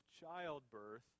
childbirth